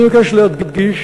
אני מבקש להדגיש,